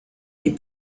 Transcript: die